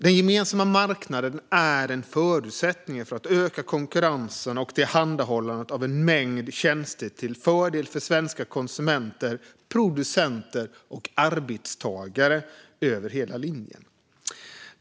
Den gemensamma marknaden är en förutsättning för att öka konkurrensen och tillhandahållandet av en mängd tjänster till fördel för svenska konsumenter, producenter och arbetstagare över hela linjen.